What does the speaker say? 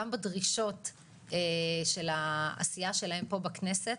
גם בדרישות של העשייה שלהם פה בכנסת,